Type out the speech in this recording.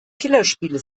killerspiele